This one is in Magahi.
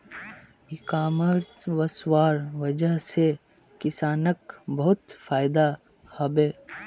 इ कॉमर्स वस्वार वजह से किसानक बहुत फायदा हबे